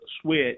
switch